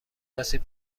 آسیب